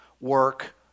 work